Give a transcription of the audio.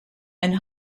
and